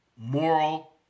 moral